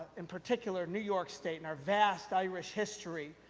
in particular, new york state, and our vast irish history,